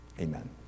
Amen